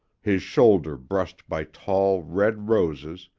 his shoulder brushed by tall, red roses,